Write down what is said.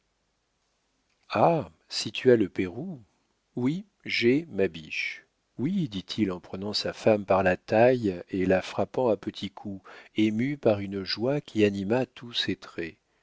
ah si tu as le pérou oui j'ai ma biche oui dit-il en prenant sa femme par la taille et la frappant à petits coups ému par une joie qui anima tous ses traits